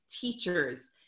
teachers